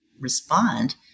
respond